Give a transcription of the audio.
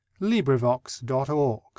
LibriVox.org